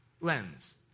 lens